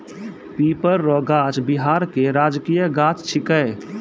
पीपर रो गाछ बिहार के राजकीय गाछ छिकै